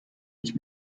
ich